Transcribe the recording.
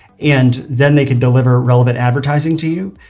and then they can deliver relevant advertising to you.